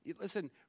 listen